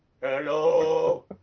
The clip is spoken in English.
Hello